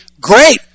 great